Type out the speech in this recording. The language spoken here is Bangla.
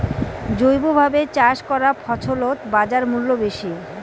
জৈবভাবে চাষ করা ফছলত বাজারমূল্য বেশি